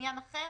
בעניין אחר.